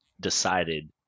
decided